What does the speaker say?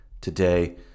Today